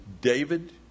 david